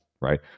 Right